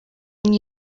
and